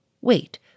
wait